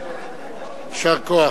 יישר כוח.